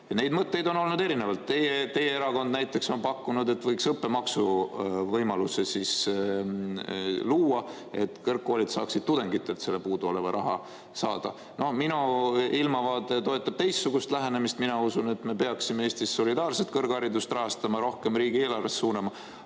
Neid mõtteid on olnud erinevaid. Teie erakond näiteks on pakkunud, et võiks õppemaksuvõimaluse luua, et kõrgkoolid saaksid tudengitelt selle puuduoleva raha. Minu ilmavaade toetab teistsugust lähenemist. Mina usun, et me peaksime Eestis solidaarset kõrgharidust rahastama, rohkem riigieelarvest sinna